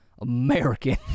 american